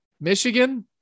michigan